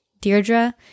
Deirdre